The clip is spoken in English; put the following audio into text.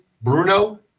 Bruno